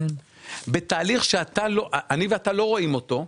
בתהליך שאני ואתה לא רואים אותו,